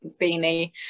beanie